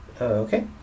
Okay